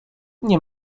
nie